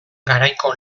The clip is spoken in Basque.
garaiko